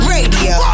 Radio